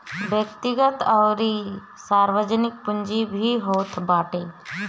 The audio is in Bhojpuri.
व्यक्तिगत अउरी सार्वजनिक पूंजी भी होत बाटे